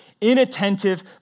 inattentive